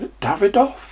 Davidoff